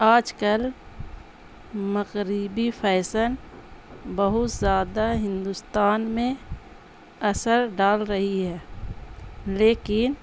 آج کل مغربی فیشن بہت زیادہ ہندوستان میں اثر ڈال رہی ہے لیکن